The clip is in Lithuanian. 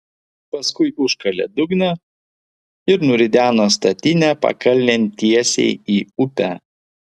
paskui užkalė dugną ir nurideno statinę pakalnėn tiesiai į upę